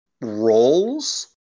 roles